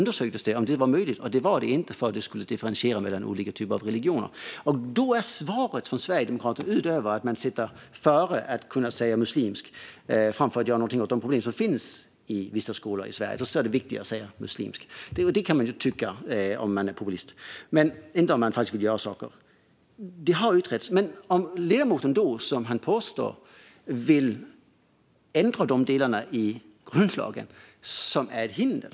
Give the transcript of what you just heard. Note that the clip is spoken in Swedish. Det var det inte, för det skulle differentiera mellan olika typer av religioner. Då är svaret från Sverigedemokraterna att det är viktigare att kunna säga "muslimsk" än att göra någonting åt de problem som finns i vissa skolor i Sverige. Det kan man tycka om man är populist, men inte om man faktiskt vill göra saker. Detta har utretts. Ledamoten påstår att han vill ändra de delar i grundlagen som utgör hinder.